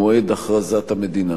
מועד הכרזת המדינה.